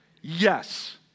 Yes